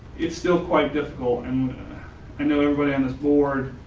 it's still quite difficult and i know everybody on this board.